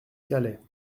calais